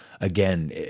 again